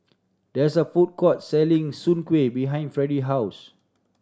there is a food court selling Soon Kueh behind Freddy house